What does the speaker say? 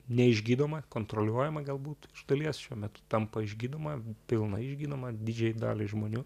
neišgydoma kontroliuojama galbūt iš dalies šiuo metu tampa išgydoma pilnai išgydoma didžiajai daliai žmonių